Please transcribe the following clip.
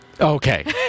Okay